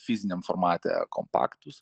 fiziniam formate kompaktus